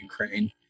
Ukraine